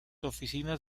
oficinas